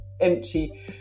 empty